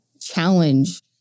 challenge